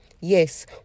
yes